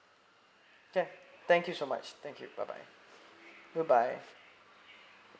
can thank you so much thank you bye you goodbye